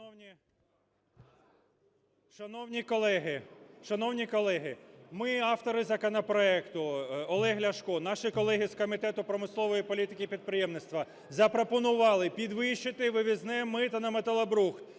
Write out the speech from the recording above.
Шановні колеги! Ми, автори законопроекту, Олег Ляшко, наші колеги з Комітету промислової політики і підприємництва, запропонували підвищити вивізне мито на металобрухт